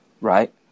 Right